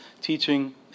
teaching